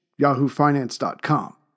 yahoofinance.com